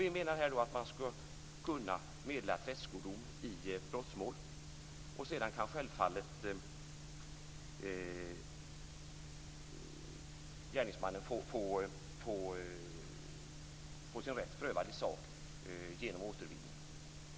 Vi menar då här att man ska kunna meddela tredskodom i brottmål. Sedan kan självfallet gärningsmannen få sin rätt prövad i sak genom återvinning.